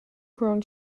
grown